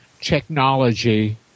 technology